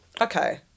okay